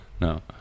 No